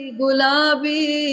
gulabi